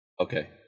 Okay